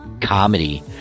comedy